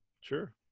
Sure